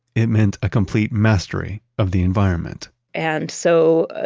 it meant a complete mastery of the environment and so,